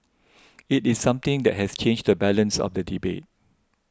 it is something that has changed the balance of the debate